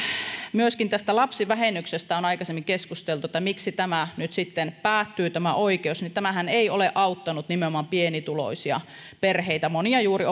myöskin tästä lapsivähennyksestä on aikaisemmin keskusteltu että miksi tämä oikeus nyt sitten päättyy tämähän ei ole auttanut nimenomaan pienituloisia perheitä juuri